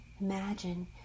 Imagine